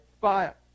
fire